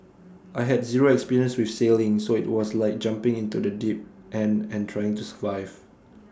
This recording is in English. I had zero experience with sailing so IT was like jumping into the deep end and trying to survive